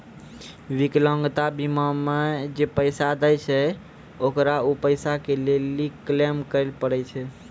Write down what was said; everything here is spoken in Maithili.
विकलांगता बीमा मे जे पैसा दै छै ओकरा उ पैसा लै लेली क्लेम करै पड़ै छै